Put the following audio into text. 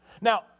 Now